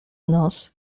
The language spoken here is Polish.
nos